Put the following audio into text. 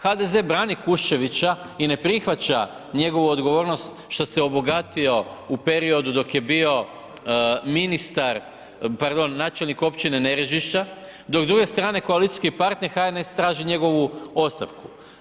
HDZ brani Kuščevića i ne prihvaća njegovu odgovornost što se obogatio u periodu dok je bio ministar, pardon načelnik općine Nerežišća dok s druge strane koalicijski partner HNS traži njegovu ostavku.